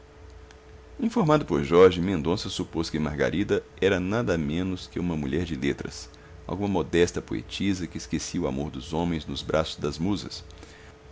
informado por jorge mendonça supôs que margarida era nada menos que uma mulher de letras alguma modesta poetisa que esquecia o amor dos homens nos braços das musas